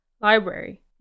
Library